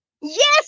Yes